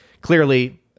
clearly